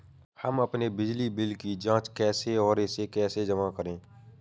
हम अपने बिजली बिल की जाँच कैसे और इसे कैसे जमा करें?